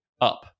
up